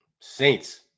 Saints